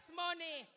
money